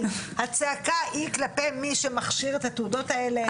הצעקה היא כלפי מי שנותן את התעודות האלה.